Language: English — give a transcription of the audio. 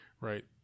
Right